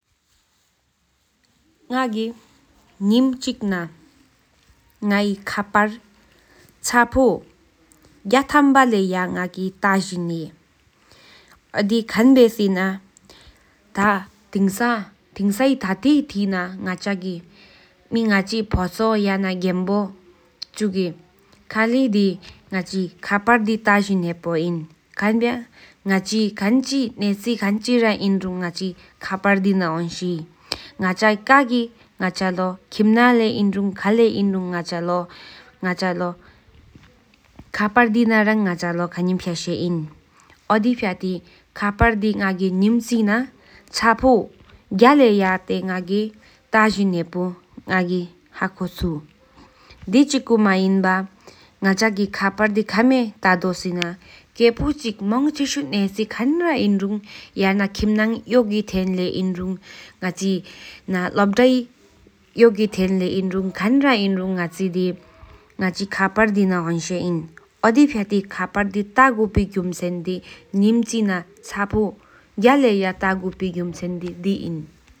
ང་གི་སྙེམ་གཅིག་ན་ང་གི་ཁ་ཕར་ཆ་པོ་བརྒྱ་ལས་ཡི་ང་གི་ཏ་ཇིན་ཧེ། ཨོ་དི་ཁན་བེའི་སྔགས་ཐེངས་ཐ་ཐ་ཐེ་ཐི་ཐེན་ང་ཆི་ཕོ་ཆོ་ཡེ་ན་གེ་མ་བོ་ཆུ་གི་ཁ་ཕར་དེ་ཏ་ཇིན་ཧེ་པོ་ཨིན། ཁ་བྱ་ང་ཆི་ནེ་ཆི་ཆི་ར་ཧེ་རུ་ང་ཆི་ཁ་ཕར་ན་ར་ཧོན་ཤེ་ང་ཆ་ཁིམ་ན་ལས་ཨིན་ར་ཁ་ལས་ཨིན་རུ་ཁ་ཕར་དེ་ན་ར་ང་ཆི་ཁེ་ཆི་ཏ་ཐེན་ཤེ་ཨིན་ཨོ་ཧི་བྷྱ་ཏི་ཁ་ཕར་དེ་ང་གི་སྙེམ་ཆི་ན་ཆ་པོ་བརྒྱ་མེན་དོ་ཏ་ཇིན་ཧེའི། དེ་ཆི་ཀོ་མེན་བཤེ་ང་ཆ་གི་ཁ་ཕར་དེ་ཁ་བྱ་ཏ་དོ་སྐྲ་མོང་ཁྱེ་ཆུ་ནེ་ཆི་ཁན་ར་ཨིན་རུ་ཡེ་ན་ཁེམ་ནའི་ཡོག་གི་ཐེན་ལས་ཨིན་རུ་ང་ཆི་ན་ལོད་སྨད་ཡོག་གི་ཐེན་ལས་ཨིན་རུ་ཁན་ར་ཨིན་རུ་ང་ཆི་ཁ་ཕར་དེ་ན་ཧོན་ཤེ་ཨིན་ཨོ་དི་བྷྱ་ཏི་ཁ་ཕར་དེ་ཏ་གོ་ཕི་དགུམ་ཆེན་གི་སྙེམ་ཆི་ན་ཆ་པོ་བརྒྱ་ལེ་ཏ་གུ་ཕི་དགུམ་ཆེན་དེ་དེ་ཨིན།